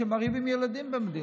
שמרעיבים ילדים במדינה.